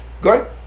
good